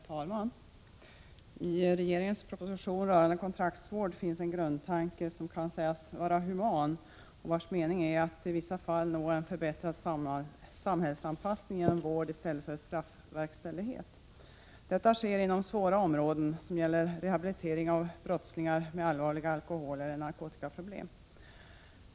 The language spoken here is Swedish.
Herr talman! I regeringens proposition rörande kontraktsvård finns en grundtanke som kan sägas vara human och vars mening är att i vissa fall nå en förbättrad samhällsanpassning genom vård i stället för straffverkställighet. Detta sker inom svåra områden som gäller rehabilitering av brottslingar med allvarliga alkoholeller narkotikaproblem.